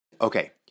Okay